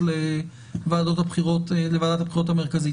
עתירות לוועדת הבחירות המרכזית